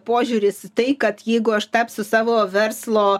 požiūris į tai kad jeigu aš tapsiu savo verslo